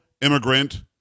immigrant